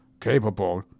capable